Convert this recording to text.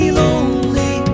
lonely